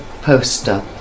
poster